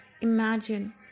Imagine